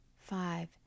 five